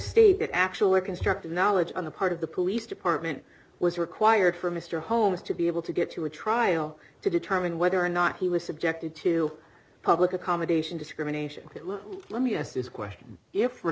that actually constructed knowledge on the part of the police department was required for mr holmes to be able to get to a trial to determine whether or not he was subjected to public accommodation discrimination let me ask this question if